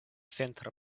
centra